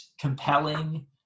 compelling